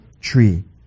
tree